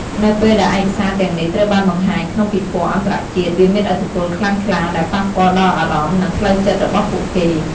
នៅពេលដែលឯកសារទាំងនេះ ត្រូវបានបង្ហាញក្នុងពិព័រណ៍អន្តរជាតិ វាមានឥទ្ធិពលខ្លាំងក្លាដែលប៉ះពាល់់ដល់អារម្មណ៍ និងផ្លូវចិត្តរបស់ពួកគេ។